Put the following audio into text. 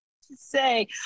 say